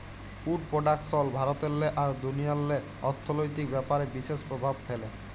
would production ভারতেল্লে আর দুনিয়াল্লে অথ্থলৈতিক ব্যাপারে বিশেষ পরভাব ফ্যালে